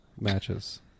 matches